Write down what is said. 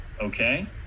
okay